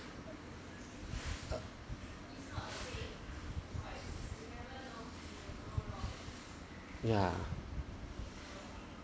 yeah